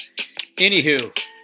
Anywho